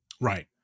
right